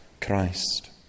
Christ